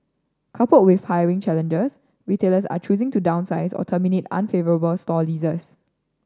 coupled with hiring challenges retailers are choosing to downsize or terminate unfavourable store leases